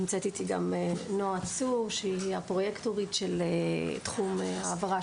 נמצאת איתי גם נועה צור שהיא הפרויקטורית של תחום ההעברה